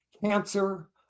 cancer